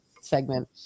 segment